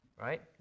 right